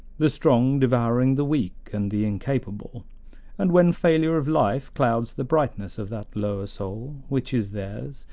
the strong devouring the weak and the incapable and when failure of life clouds the brightness of that lower soul, which is theirs,